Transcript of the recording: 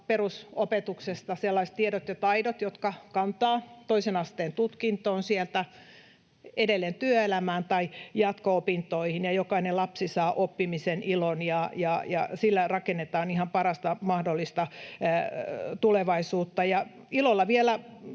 perusopetuksesta sellaiset tiedot ja taidot, jotka kantavat toisen asteen tutkintoon, sieltä edelleen työelämään tai jatko-opintoihin, ja jokainen lapsi saa oppimisen ilon. Sillä rakennetaan ihan parasta mahdollista tulevaisuutta. Ilolla vielä